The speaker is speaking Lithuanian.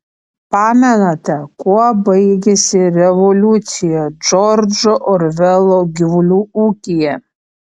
pamenate kuo baigėsi revoliucija džordžo orvelo gyvulių ūkyje